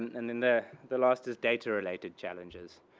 and then the the last is data related challenges.